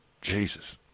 Jesus